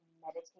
meditate